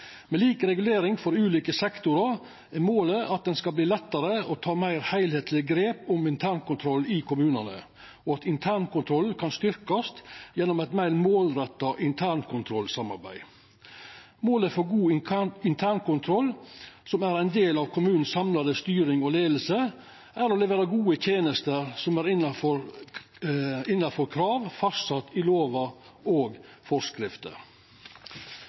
Med lik regulering for ulike sektorar er målet at det skal verta lettare å ta eit meir heilskapleg grep om internkontrollen i kommunen, og at internkontrollen kan verta styrkt gjennom eit meir målretta internkontrollarbeid. Målet for god internkontroll som ein del av den samla styringa og leiinga av kommunen er å levera gode tenester som er innanfor krav fastsett i lovar og forskrifter.